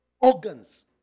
organs